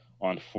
on